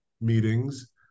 meetings